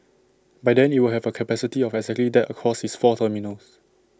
by then IT will have A capacity of exactly that across its four terminals